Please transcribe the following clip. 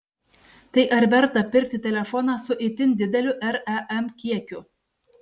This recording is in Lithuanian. tai ar verta pirkti telefoną su itin dideliu ram kiekiu